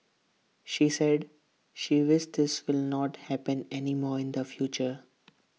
she said she this will not happen anymore in the future